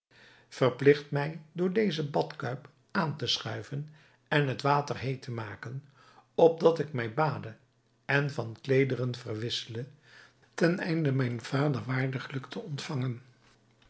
verpligt mij door deze badkuip aan te schuiven en het water heet te maken opdat ik mij bade en van kleederen verwissele ten einde mijn vader waardiglijk te ontvangen